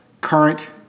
current